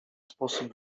sposób